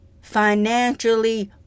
financially